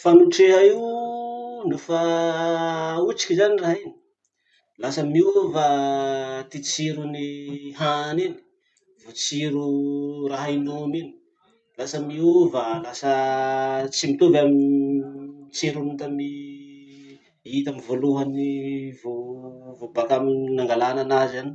Fagnotreha io, nofa aotriky zany raha iny, lasa miova ty tsiron'ny hany iny, vo tsiro raha inomy iny. Lasa miova lasa tsy mitovy amy tsirony tamy i tamy voalohany vo vo baka amy nangalana anazy any.